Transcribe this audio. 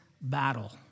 battle